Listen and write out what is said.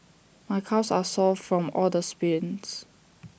my calves are sore from all the sprints